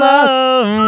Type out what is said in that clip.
Love